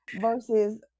versus